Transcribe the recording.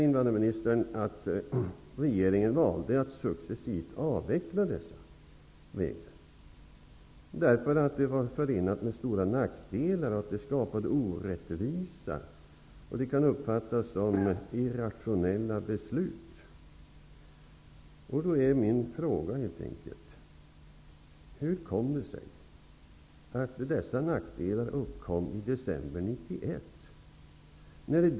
Invandrarministern säger att regeringen valde att successivt avveckla dessa regler, eftersom det var förenat med stora nackdelar och skapade orättvisa och resulterade i vad som kan uppfattas som irrationella beslut. Min fråga är: Hur kom det sig att dessa nackdelar uppkom i december 1991?